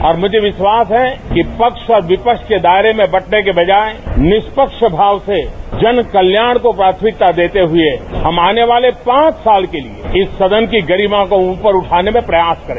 और मज़ो विश्वास है कि पक्ष और विपक्ष के दायरे में बंटने की बजाए निष्पक्ष भाव से जन कल्याण को प्राथमिकता देते हुए हम आने वाले पांच साल की इस सदन की गरिमा को ऊपर उठाने में प्रयास करें